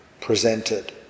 presented